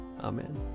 Amen